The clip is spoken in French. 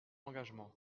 engagements